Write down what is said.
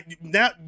Now